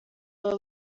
aba